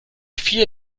vier